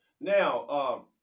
Now